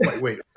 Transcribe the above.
wait